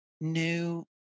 new